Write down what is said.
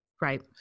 right